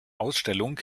ausstellung